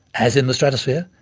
as in the stratosphere,